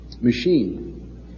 machine